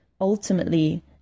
ultimately